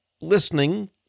listening